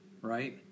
Right